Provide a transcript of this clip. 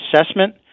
assessment